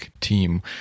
team